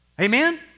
Amen